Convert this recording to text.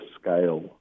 scale